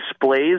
displays